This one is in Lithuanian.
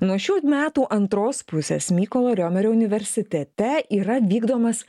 nuo šių metų antros pusės mykolo riomerio universitete yra vykdomas